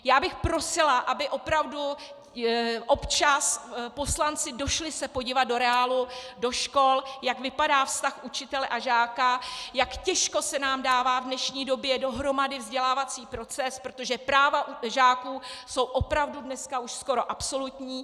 Já bych prosila, aby se opravdu občas poslanci zašli podívat do reálu, do škol, jak vypadá vztah učitele a žáka, jak těžko se nám dává v dnešní době dohromady vzdělávací proces, protože práva žáků jsou opravdu dnes už skoro absolutní.